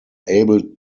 able